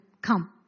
Come